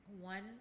one